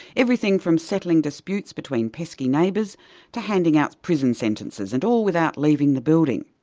everything form settling disputes between pesky neighbours to handing out prison sentences, and all without leaving the building.